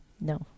No